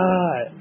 God